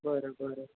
बरं बरं